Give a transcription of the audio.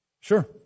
Sure